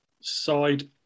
side